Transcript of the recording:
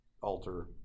alter